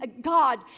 god